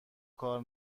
کار